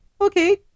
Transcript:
Okay